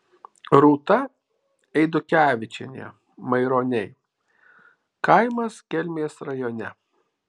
rūta eidukevičienė maironiai kaimas kelmės rajone